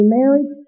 married